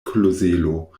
klozelo